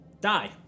die